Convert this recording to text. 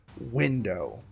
window